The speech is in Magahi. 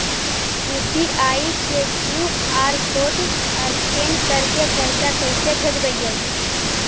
यु.पी.आई के कियु.आर कोड स्कैन करके पैसा कैसे भेजबइ?